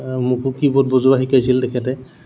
মোকো কীবৰ্ড বজোৱা শিকাইছিল তেখেতে